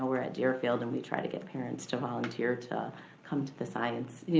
ah we're at deerfield and we try to get parents to volunteer to come to the science,